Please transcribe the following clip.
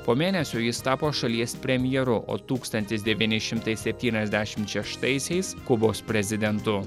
po mėnesio jis tapo šalies premjeru o tūkstantis devyni šimtai septyniasdešim šeštaisiais kubos prezidentu